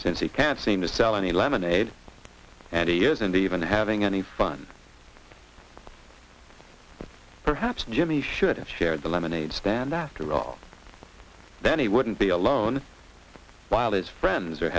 since he can't seem to sell any lemonade and ears and even having any fun perhaps jimmy should have shared the lemonade stand after all then he wouldn't be alone while his friends are